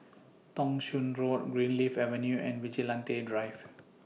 Thong Soon Road Greenleaf Avenue and Vigilante Drive